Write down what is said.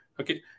okay